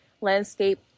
landscape